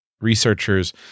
researchers